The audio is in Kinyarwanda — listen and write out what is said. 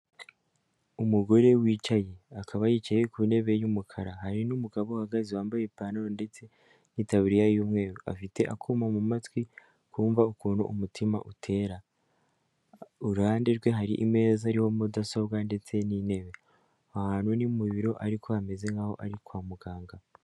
Umugore wicaye akaba yicaye ku ntebe y'umukara hari umugabo uhagaze wambaye ipantaro ndetse n'itabiririya y'umweru, afite akuma mu matwi kumva ukuntu umutima utera, urahande rwe hari ameza ariho mudasobwa ndetse n'intebe. Aha hantu ni mu biro ariko hameze nk'aho ari kwa muganga.